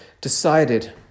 decided